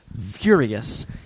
Furious